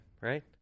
right